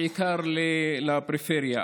בעיקר בפריפריה.